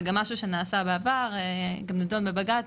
זה גם משהו שנעשה בעבר וגם נדון בבג"צ.